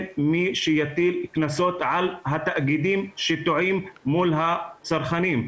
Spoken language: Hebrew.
מי שיטיל קנסות על התאגידים שטועים מול הצרכנים.